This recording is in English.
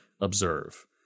observe